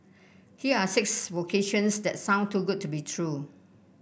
here are six vocations that sound too good to be true